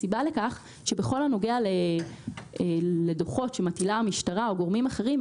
הסיבה לכך היא שבכל הנוגע לדוחות שמטילה המשטרה או גורמים אחרים,